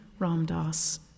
Ramdas